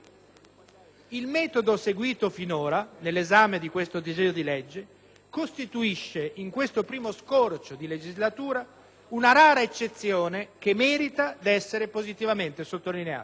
Il metodo seguito finora nell'esame di questo disegno di legge costituisce, in questo primo scorcio di legislatura, una rara eccezione che merita di essere positivamente sottolineata,